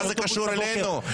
מה זה קשור אלינו?